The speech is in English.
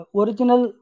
original